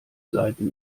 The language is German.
seiten